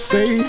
say